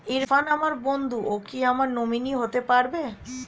ইরফান আমার বন্ধু ও কি আমার নমিনি হতে পারবে?